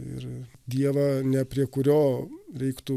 ir dievą ne prie kurio reiktų